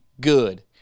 Good